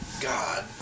god